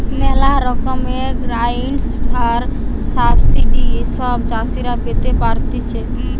ম্যালা রকমের গ্রান্টস আর সাবসিডি সব চাষীরা পেতে পারতিছে